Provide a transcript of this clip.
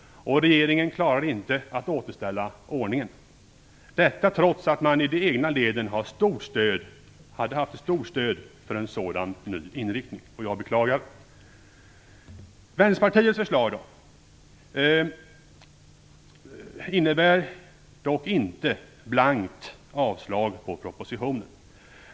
Regeringen klarade inte att återställa ordningen, detta trots att man i de egna leden hade haft stort stöd för en sådan inriktning. Jag beklagar det. Vänsterpartiets förslag innebär dock inte ett blankt avslag på propositionen.